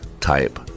type